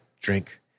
drink